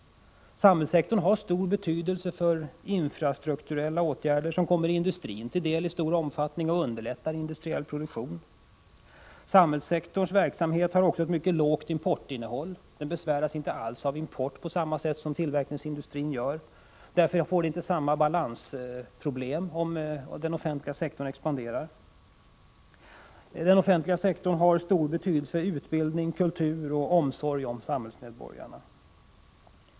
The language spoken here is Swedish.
Samhällssektorn har stor betydelse för infrastrukturella åtgärder, som kommer industrin till del i stor omfattning och underlättar industriell produktion. Samhällssektorns verksamhet har också ett mycket lågt importinnehåll. Den besväras inte alls av import på samma sätt som tillverkningsindustrin gör. Därför ger det inte samma balansproblem om den offentliga sektorn expanderar som om industrin gör det. Den offentliga sektorn har stor betydelse för utbildning, kultur och omsorg om samhällsmedborgarna.